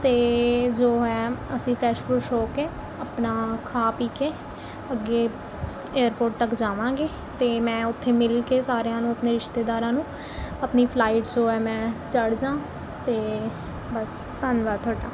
ਅਤੇ ਜੋ ਹੈ ਅਸੀਂ ਫਰੈਸ਼ ਫਰੁੱਸ਼ ਹੋ ਕੇ ਆਪਣਾ ਖਾ ਪੀ ਕੇ ਅੱਗੇ ਏਅਰਪੋਰਟ ਤੱਕ ਜਾਵਾਂਗੇ ਅਤੇ ਮੈਂ ਉੱਥੇ ਮਿਲ ਕੇ ਸਾਰਿਆਂ ਨੂੰ ਆਪਣੇ ਰਿਸ਼ਤੇਦਾਰਾਂ ਨੂੰ ਆਪਣੀ ਫਲਾਈਟ ਜੋ ਹੈ ਮੈਂ ਚੜ੍ਹ ਜਾਂ ਅਤੇ ਬਸ ਧੰਨਵਾਦ ਤੁਹਾਡਾ